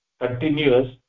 continuous